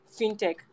fintech